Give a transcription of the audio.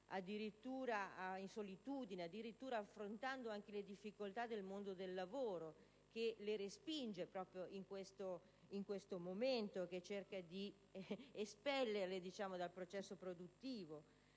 solitudine queste fasi, addirittura affrontando le difficoltà del mondo del lavoro che le respinge proprio in questo momento e che cerca di espellerle dal processo produttivo.